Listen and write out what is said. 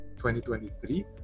2023